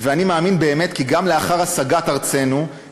ואני מאמין באמת כי גם לאחר השגת ארצנו,